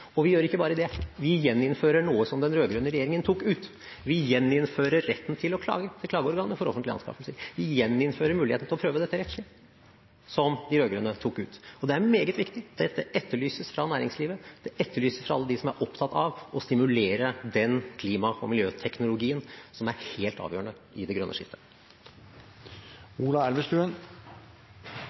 og miljøvennlige løsninger. Og vi gjør ikke bare det, vi gjeninnfører noe som den rød-grønne regjeringen tok ut, vi gjeninnfører retten til å klage til klageorganet for offentlige anskaffelser – vi gjeninnfører muligheten til å prøve dette rettslig, som de rød-grønne tok ut. Det er meget viktig, det etterlyses fra næringslivet, og det etterlyses fra alle dem som er opptatt av å stimulere den klima- og miljøteknologien som er helt avgjørende i det grønne skiftet.